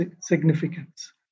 significance